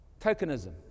Tokenism